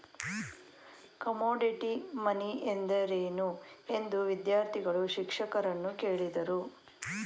Commodity money ಎಂದರೇನು? ಎಂದು ವಿದ್ಯಾರ್ಥಿಗಳು ಶಿಕ್ಷಕರನ್ನು ಕೇಳಿದರು